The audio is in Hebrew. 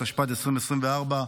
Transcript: התשפ"ד 2024,